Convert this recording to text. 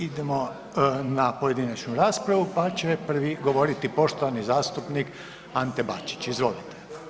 Ovaj idemo na pojedinačnu raspravu, pa će prvi govoriti poštovani zastupnik Ante Bačić, izvolite.